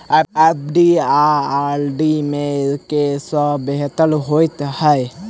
FD आ RD मे केँ सा बेहतर होइ है?